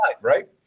right